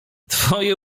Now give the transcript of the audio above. twoje